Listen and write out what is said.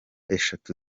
eshatu